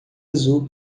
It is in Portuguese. azul